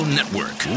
Network